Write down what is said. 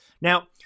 Now